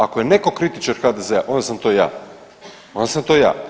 Ako je netko kritičar HDZ-a onda sam to ja, onda sam to ja.